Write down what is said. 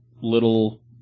little